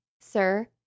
sir